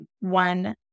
one